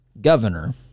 Governor